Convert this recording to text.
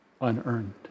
unearned